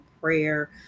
prayer